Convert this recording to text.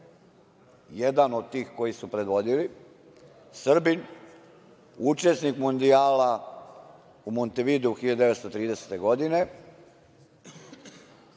Jedan od tih koji su predvodili, Srbin, učesnik Mundijala u Montevideu 1930. godine